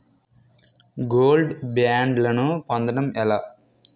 Gold బ్యాండ్లను పొందటం ఎలా?